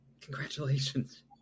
Congratulations